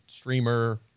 streamer